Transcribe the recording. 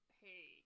hey